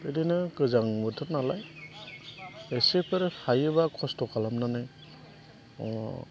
बिदिनो गोजां बोथोर नालाय एसेफोर हायोब्ला खस्थ' खालामनानै